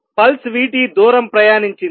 pulse v t దూరం ప్రయాణించింది